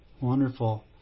Wonderful